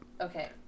okay